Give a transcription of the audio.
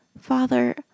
Father